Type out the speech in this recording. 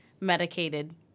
medicated